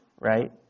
Right